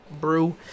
brew